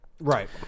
right